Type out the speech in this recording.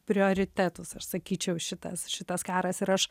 prioritetus aš sakyčiau šitas šitas karas ir aš